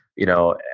you know,